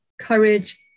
courage